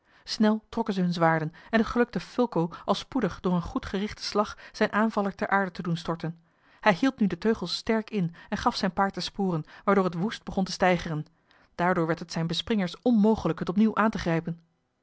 snel trokken zij hunne zwaarden en het gelukte fulco al spoedig door een goed gerichten slag zijn aanvaller ter aarde te doen storten hij hield nu de teugels sterk in en gaf zijn paard de sporen waardoor het woest begon te steigeren daardoor werd het zijnen bespringers onmogelijk het opnieuw aan te grijpen